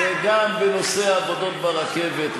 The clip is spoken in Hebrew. וגם בנושא עבודות ברכבת,